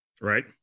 Right